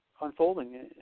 unfolding